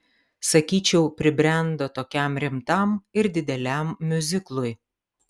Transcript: sakyčiau pribrendo tokiam rimtam ir dideliam miuziklui